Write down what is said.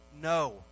No